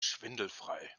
schwindelfrei